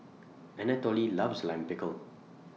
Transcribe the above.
Anatole loves Lime Pickle